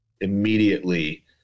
Immediately